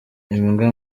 imbwa